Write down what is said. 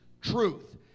truth